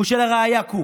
הוא של הראי"ה קוק: